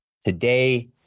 Today